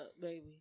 baby